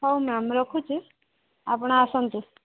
ହଉ ମ୍ୟାମ୍ ମୁଁ ରଖୁଛି ଆପଣ ଆସନ୍ତୁ